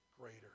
greater